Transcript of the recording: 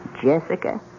Jessica